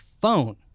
phone